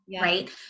Right